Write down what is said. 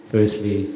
Firstly